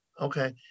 Okay